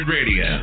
Radio